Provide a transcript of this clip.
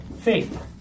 faith